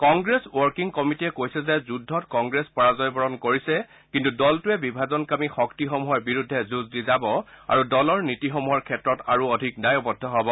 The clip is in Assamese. কংগ্ৰেছ ৱৰ্কিং কমিটিয়ে কৈছে যে যুদ্ধত কংগ্ৰেছে পৰাজয় বৰণ কৰিছে কিন্তু দলটোৱে বিভাজনকামী শক্তিসমূহৰ বিৰুদ্ধে যুঁজ দি যাব আৰু দলৰ নীতিসমূহৰ ক্ষেত্ৰত আৰু অধিক দায়বদ্ধ হব